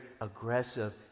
aggressive